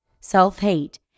self-hate